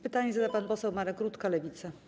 Pytanie zada pan poseł Marek Rutka, Lewica.